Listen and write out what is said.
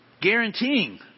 Guaranteeing